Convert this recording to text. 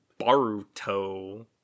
Baruto